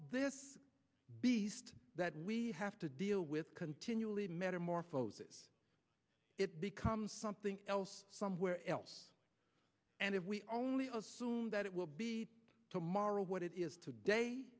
this beast that we have to deal with continually metamorphoses it becomes something else somewhere else and if we only assume that it will be tomorrow what it is today